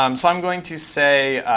um so i'm going to say,